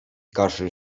kaszel